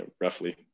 roughly